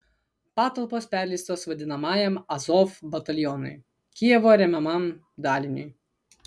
patalpos perleistos vadinamajam azov batalionui kijevo remiamam daliniui